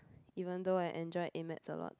even though I enjoyed a-maths a lot